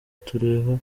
tureba